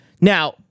Now